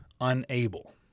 unable